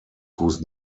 whose